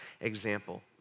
example